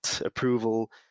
approval